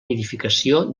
nidificació